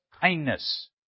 kindness